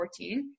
2014